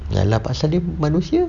ya lah pasal dia manusia